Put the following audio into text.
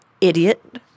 idiot